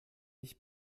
ich